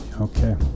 Okay